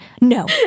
No